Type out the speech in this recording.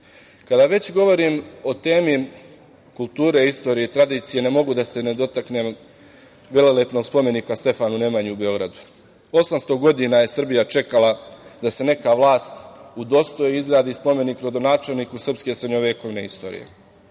već govorim o temi kulture, istorije, tradicije, ne mogu da se ne dotaknem velelepnog spomenika Stefanu Nemanji u Beogradu. Srbija je 800 godina čekala da se neka vlast udostoji i izradi spomenik rodonačelniku srpske srednjevekovne istorije.